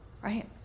right